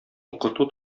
укыту